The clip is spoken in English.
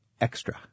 extra